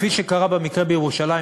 כפי שקרה במקרה בירושלים,